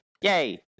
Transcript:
Yay